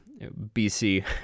BC